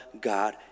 God